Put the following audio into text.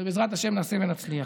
בעזרת השם נעשה ונצליח.